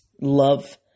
love